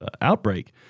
outbreak